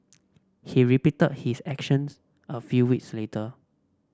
he repeated his actions a few weeks later